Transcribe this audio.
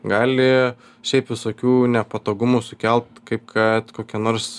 gali šiaip visokių nepatogumų sukelt kaip kad kokią nors